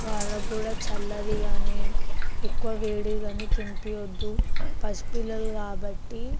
వాళ్ళకి కూడా చల్లవి కానీ ఎక్కువ వేడివి కానీ తినిపించవద్దు పసిపిల్లలు కాబట్టి